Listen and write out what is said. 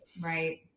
Right